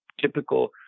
typical